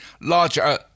larger